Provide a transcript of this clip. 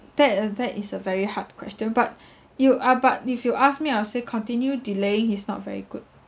that uh that is a very hard question but you are but if you ask me I'll say continue delaying is not very good